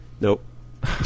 Nope